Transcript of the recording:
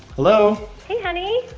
hello? hey honey.